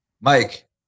Mike